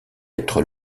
être